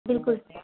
बिल्कुलु